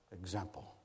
example